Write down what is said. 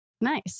Nice